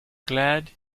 glad